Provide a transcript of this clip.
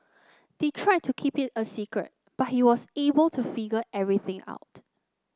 they tried to keep it a secret but he was able to figure everything out